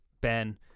ben